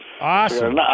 Awesome